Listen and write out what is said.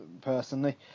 personally